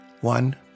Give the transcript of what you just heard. One